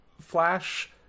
Flash